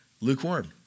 lukewarm